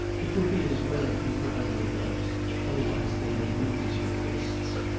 it would be as well if you put on your gloves otherwise they may notice your wrists.